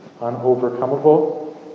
unovercomable